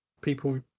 people